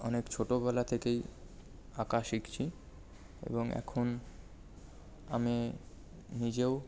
অনেক ছোটোবেলা থেকেই আঁকা শিখছি এবং এখন আমি নিজেও